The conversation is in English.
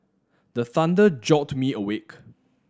the thunder jolt me awake